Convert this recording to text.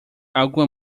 alguma